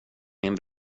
min